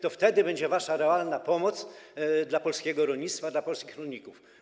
To będzie wasza realna pomoc dla polskiego rolnictwa, dla polskich rolników.